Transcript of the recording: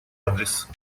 адрес